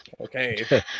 Okay